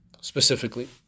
specifically